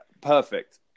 perfect